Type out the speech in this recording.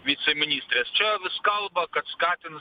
viceministrės čia vis kalba kad skatins